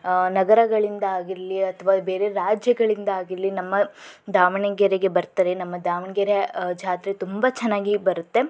ನಗರಗಳಿಂದಾಗಿರಲಿ ಅಥವಾ ಬೇರೆ ರಾಜ್ಯಗಳಿಂದಾಗಿರಲಿ ನಮ್ಮ ದಾವಣಗೆರೆಗೆ ಬರ್ತಾ ರೆ ನಮ್ಮ ದಾವಣಗೆರೆ ಜಾತ್ರೆ ತುಂಬ ಚೆನ್ನಾಗಿ ಬರುತ್ತೆ